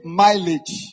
mileage